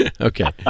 Okay